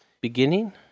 beginning